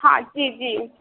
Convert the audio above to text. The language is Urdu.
ہاں جی جی